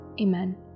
Amen